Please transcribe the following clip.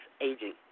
aging